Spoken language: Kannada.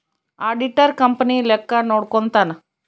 ಆಡಿಟರ್ ಕಂಪನಿ ಲೆಕ್ಕ ನೋಡ್ಕಂತಾನ್